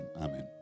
Amen